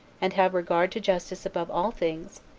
and have regard to justice above all things,